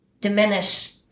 diminish